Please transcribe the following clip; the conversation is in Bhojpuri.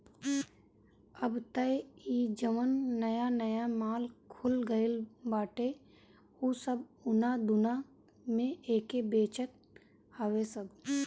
अब तअ इ जवन नया नया माल खुल गईल बाटे उ सब उना दूना में एके बेचत हवे सब